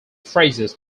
phrases